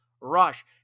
Rush